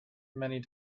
many